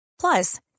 Plus